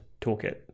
toolkit